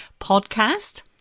podcast